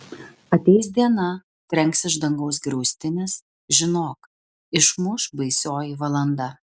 ateis diena trenks iš dangaus griaustinis žinok išmuš baisioji valanda